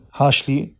harshly